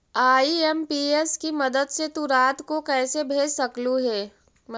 IMPS की मदद से तु रात को पैसे भेज सकलू हे